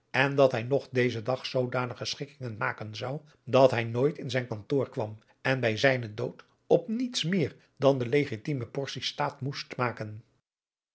en dat hij nog dezen dag zoodanige schikkihgen maken zou dat hij nooit in zijn kantoor kwam en bij zijnen dood op niets meer dan de legitime portie staat moest maken